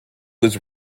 was